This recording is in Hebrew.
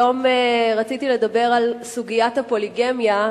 היום רציתי לדבר על סוגיית הפוליגמיה.